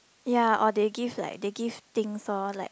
ya or they give like they give things all like